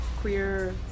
queer